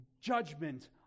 judgment